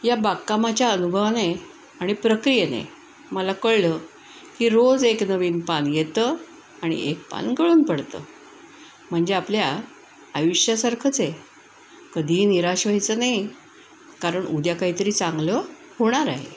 या बागकामाच्या अनुभवाने आणि प्रक्रियेने मला कळलं की रोज एक नवीन पान येतं आणि एक पान गळून पडतं म्हणजे आपल्या आयुष्यासारखंच आहे कधीही निराश व्हायचं नाही कारण उद्या काहीतरी चांगलं होणार आहे